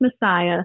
Messiah